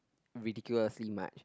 ridiculously much